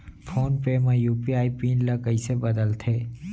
Phone पे म UPI PIN ल कइसे बदलथे?